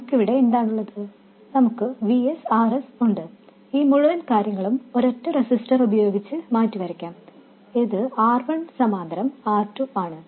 നമുക്ക് ഇവിടെ എന്താണുള്ളത് നമുക്ക് Vs Rs ഉണ്ട് ഈ മുഴുവൻ കാര്യങ്ങളും ഒരൊറ്റ റെസിസ്റ്റർ ഉപയോഗിച്ച് മാറ്റിവരക്കാം ഇത് R1 സമാന്തരം R2 ആണ്